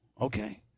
okay